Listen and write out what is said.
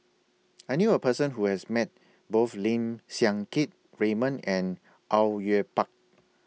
I knew A Person Who has Met Both Lim Siang Keat Raymond and Au Yue Pak